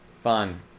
Fun